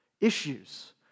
Issues